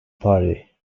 party